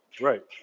Right